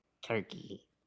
turkey